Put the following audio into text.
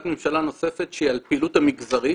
ממשלה נוספת שהיא על הפעילות המגזרית,